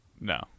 No